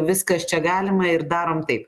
viskas čia galima ir darom taip